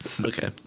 Okay